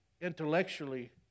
intellectually